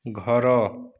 ଘର